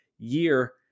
year